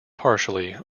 partially